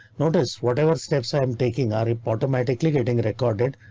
notice whatever steps i'm taking our ip automatically getting recorded.